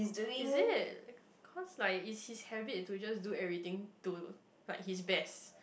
it is because like it his habit to just do everything to quite his best